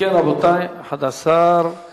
ההצעה להעביר את הצעת החוק לנשיאת עונש מאסר במדינת